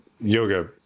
yoga